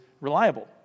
reliable